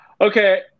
okay